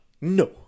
No